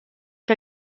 que